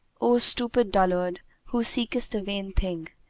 o stupid dullard who seekest a vain thing,